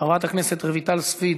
חברת הכנסת רויטל סויד,